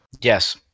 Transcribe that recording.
Yes